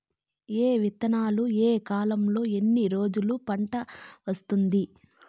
ఏ విత్తనాలు ఏ కాలంలో ఎన్ని రోజుల్లో పంట వస్తాది?